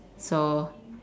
so